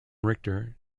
richter